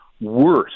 worse